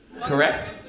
correct